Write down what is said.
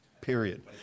period